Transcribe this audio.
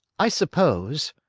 i suppose,